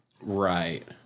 Right